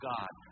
God